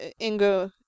Ingo